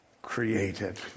Created